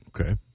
Okay